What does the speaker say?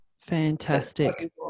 Fantastic